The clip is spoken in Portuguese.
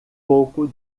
pouco